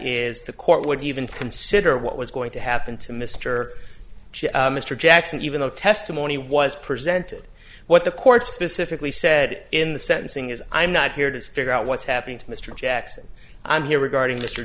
is the court would even consider what was going to happen to mr mr jackson even though testimony was presented what the court specifically said in the sentencing is i'm not here to figure out what's happening to mr jackson and here regarding mr